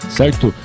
certo